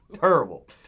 Terrible